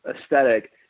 aesthetic